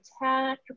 attack